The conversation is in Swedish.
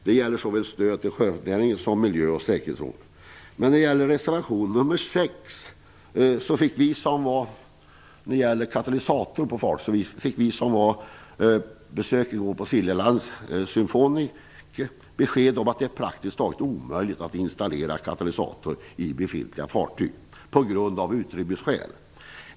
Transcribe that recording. Det gäller såväl stöd till sjöfartsnäringen som miljö och säkerhetsfrågor. Symphony fick besked om att det är praktiskt taget omöjligt att installera katalysatorer i befintliga fartyg av utrymmesskäl.